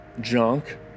junk